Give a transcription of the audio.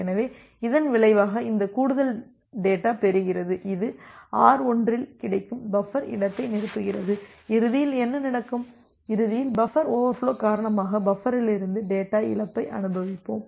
எனவே இதன் விளைவாக இந்த கூடுதல் டேட்டா பெறுகிறது இது R1 இல் கிடைக்கும் பஃபர் இடத்தை நிரப்புகிறது இறுதியில் என்ன நடக்கும் இறுதியில் பஃபர் ஓவர்ஃபுலோ காரணமாக பஃபரிலிருந்து டேட்டா இழப்பை அனுபவிப்போம்